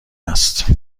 است